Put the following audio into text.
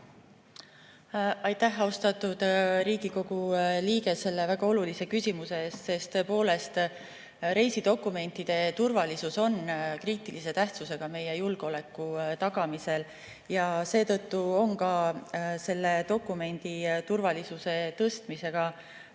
Aitäh, austatud Riigikogu liige, selle väga olulise küsimuse eest! Tõepoolest, reisidokumentide turvalisus on kriitilise tähtsusega meie julgeoleku tagamisel. Seetõttu on ka selle dokumendi turvalisuse tõstmisega